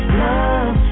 love